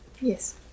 Yes